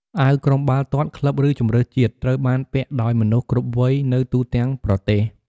អាវក្រុមបាល់ទាត់ ក្លឹប ឬជម្រើសជាតិ ត្រូវបានពាក់ដោយមនុស្សគ្រប់វ័យនៅទូទាំងប្រទេស។